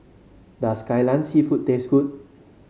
does Kai Lan seafood taste good